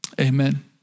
Amen